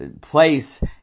place